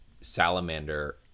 salamander